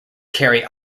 carry